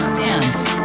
dance